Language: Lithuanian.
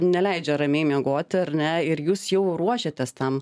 neleidžia ramiai miegoti ar ne ir jūs jau ruošėtės tam